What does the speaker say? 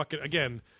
Again